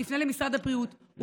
תפנה למשרד הבריאות.